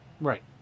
Right